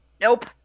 Nope